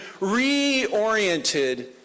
reoriented